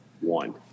one